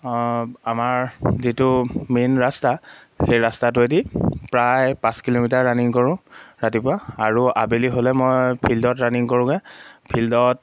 আমাৰ যিটো মেইন ৰাস্তা সেই ৰাস্তাটোৱেদি প্ৰায় পাঁচ কিলোমিটাৰ ৰানিং কৰোঁ ৰাতিপুৱা আৰু আবেলি হ'লে মই ফিল্ডত ৰানিং কৰোঁগৈ ফিল্ডত